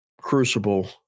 crucible